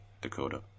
Dakota